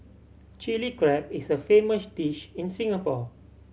Chilli Crab is a famous dish in Singapore